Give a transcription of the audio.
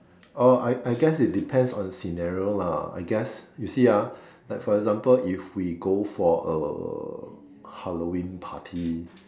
or I I guess it depends on scenario lah I guess you see ah like for example if we go for a Halloween party